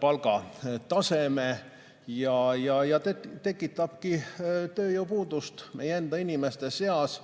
palgataseme ja tekitab tööjõupuudust meie enda inimeste seas.